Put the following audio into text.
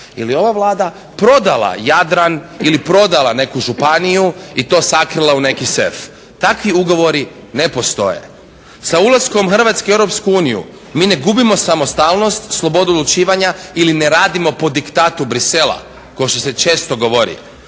ili ova vlada prodala Jadran ili prodala neku županiju i to sakrila u neki sef. Takvi ugovori ne postoje. Sa ulaskom Hrvatske u EU mi ne gubimo samostalnost, slobodu odlučivanja ili ne radimo po diktatu Bruxellesa kao što se često govori.